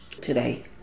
today